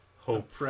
Hope